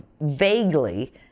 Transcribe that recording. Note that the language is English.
vaguely